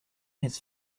his